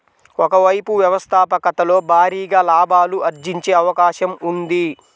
ఒక వైపు వ్యవస్థాపకతలో భారీగా లాభాలు ఆర్జించే అవకాశం ఉంది